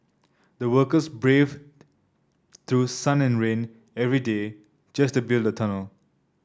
the workers braved through sun and rain every day just to build the tunnel